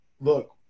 look